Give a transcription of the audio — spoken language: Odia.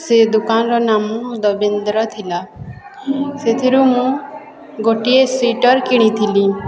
ସେ ଦୋକାନର ନାମ ଦବିନ୍ଦ୍ର ଥିଲା ସେଥିରୁ ମୁଁ ଗୋଟିଏ ସ୍ଵିଟର୍ କିଣିଥିଲି